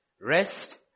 Rest